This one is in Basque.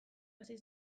hasi